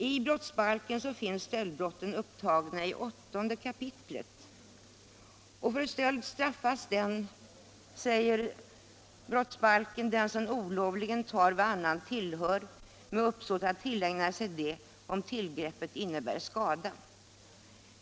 I brottsbalken finns stöldbrotten upptagna i 8 kap. För stöld straffas den, säger brottsbalken, som olovligen tar vad annan tillhör med uppsåt att tillägna sig det om tillgreppet innebär skada.